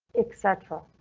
etc.